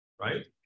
right